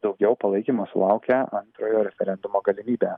daugiau palaikymo sulaukė antrojo referendumo galimybė